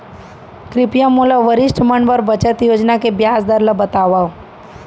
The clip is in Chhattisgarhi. कृपया मोला वरिष्ठ मन बर बचत योजना के ब्याज दर ला बतावव